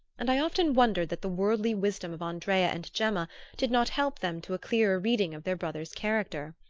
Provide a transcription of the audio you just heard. and i often wondered that the worldly wisdom of andrea and gemma did not help them to a clearer reading of their brother's character.